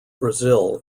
brazil